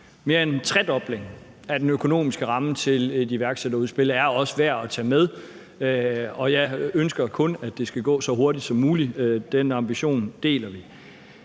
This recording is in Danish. mere end en tredobling af den økonomiske ramme til et iværksætterudspil, også er værd at tage med, og jeg ønsker kun, at det skal gå så hurtigt som muligt. Den ambition deler vi.